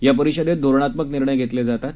या परिषदेत धोरणात्मक निर्णय घेतले जातात